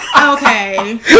Okay